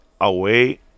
away